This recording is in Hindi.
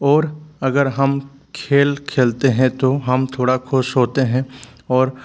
और अगर हम खेल खेलते हैं तो हम थोड़ा ख़ुश होते हैं और